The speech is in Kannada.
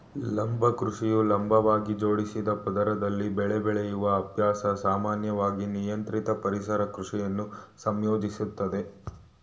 ಲಂಬ ಕೃಷಿಯು ಲಂಬವಾಗಿ ಜೋಡಿಸಿದ ಪದರದಲ್ಲಿ ಬೆಳೆ ಬೆಳೆಯುವ ಅಭ್ಯಾಸ ಸಾಮಾನ್ಯವಾಗಿ ನಿಯಂತ್ರಿತ ಪರಿಸರ ಕೃಷಿಯನ್ನು ಸಂಯೋಜಿಸುತ್ತದೆ